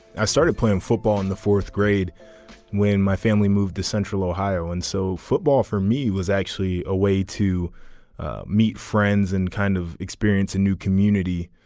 i started playing football in the fourth grade when my family moved to central ohio and so football for me was actually a way to meet friends and kind of experience a new community.